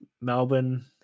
melbourne